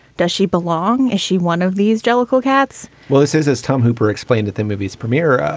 does she belong? is she one of these jellicoe cats? well, this is as tom hooper explained at the movie's premiere, ah